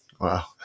Wow